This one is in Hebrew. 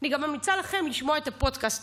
אני גם ממליצה לכם לשמוע את הפודקאסט.